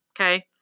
Okay